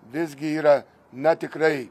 visgi yra na tikrai